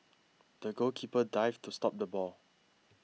the goalkeeper dived to stop the ball